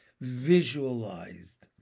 visualized